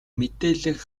мэдээллийг